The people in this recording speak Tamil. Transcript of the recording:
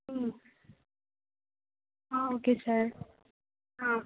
ம் ஆ ஓகே சார் ஆ